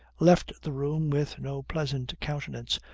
left the room with no pleasant countenance,